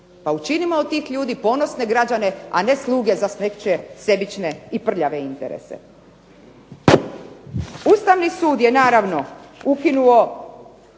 Pa učinimo od tih ljudi ponosne građane a sluge za nečije sebične i prljave interese. Ustavni sud je naravno ukinuo